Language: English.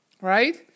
right